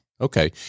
Okay